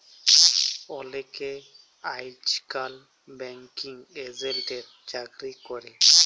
অলেকে আইজকাল ব্যাঙ্কিং এজেল্টের চাকরি ক্যরে